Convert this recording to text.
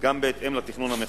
גם בהתאם לתכנון המחוזי.